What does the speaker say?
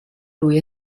lui